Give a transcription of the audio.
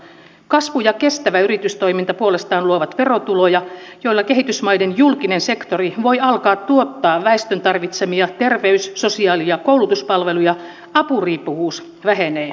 kasvu ja kestävä yritystoiminta puolestaan luovat verotuloja joilla kehitysmaiden julkinen sektori voi alkaa tuottaa väestön tarvitsemia terveys sosiaali ja koulutuspalveluja apuriippuvuus vähenee